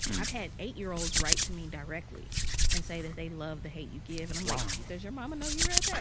i've had eight year olds write to me directly and say that they love the hate u give. and i'm like. wow. does your mama know you read that?